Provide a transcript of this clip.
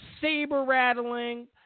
saber-rattling